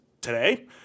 today